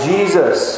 Jesus